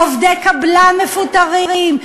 עובדי קבלן מפוטרים,